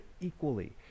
equally